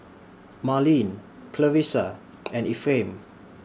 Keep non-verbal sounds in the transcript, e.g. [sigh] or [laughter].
Marlene Clarisa and [noise] Ephraim